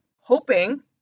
hoping